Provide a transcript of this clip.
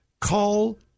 call